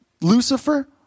Lucifer